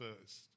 first